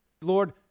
Lord